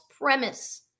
premise